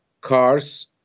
cars